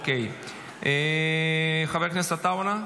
לא, אי-אפשר, זה בוועדה.